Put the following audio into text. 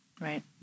right